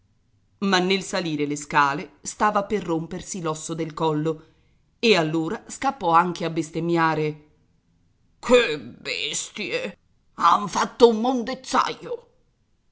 ma nel salire le scale stava per rompersi l'osso del collo e allora scappò anche a bestemmiare che bestie han fatto un mondezzaio